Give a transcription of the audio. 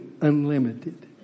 unlimited